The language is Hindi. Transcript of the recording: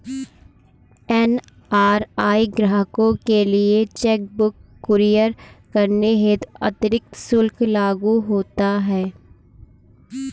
एन.आर.आई ग्राहकों के लिए चेक बुक कुरियर करने हेतु अतिरिक्त शुल्क लागू होता है